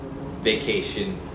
vacation